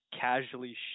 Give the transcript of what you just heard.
casually